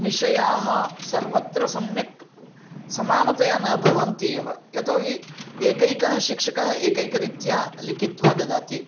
विषयाः सर्वत्र सम्यक् समानतया न भवन्ति एव यतोहि एकैकाः शिक्षकाः एकैक रीत्या लिखित्वा ददाति